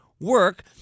work